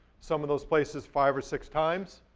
some of those places, five or six times.